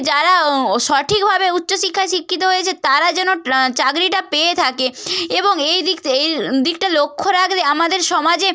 যারা ও সঠিকভাবে উচ্চশিক্ষায় শিক্ষিত হয়েছে তারা যেন চাকরিটা পেয়ে থাকে এবং এই দিক থে এ দিকটা লক্ষ রাখলে আমাদের সমাজে